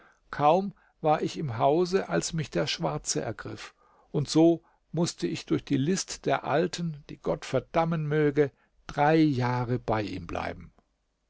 kaum war ich im hause als mich der schwarze ergriff und so mußte ich durch die list der alten die gott verdammen möge drei jahre bei ihm bleiben